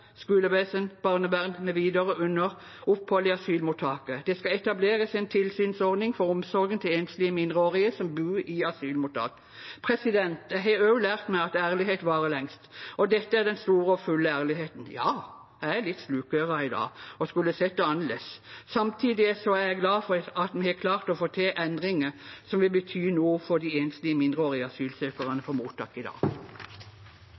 skolevesen, barnevern mv., under oppholdet i asylmottaket. Det skal etableres en tilsynsordning for omsorgen til enslige mindreårige som bor i asylmottak. Jeg har også lært meg at ærlighet varer lengst, og dette er den store og fulle ærligheten. Ja, jeg er litt slukøret i dag og skulle gjerne sett det annerledes. Samtidig er jeg glad for at vi har klart å få til endringer som vil bety noe for de enslige mindreårige asylsøkerne på mottak i dag.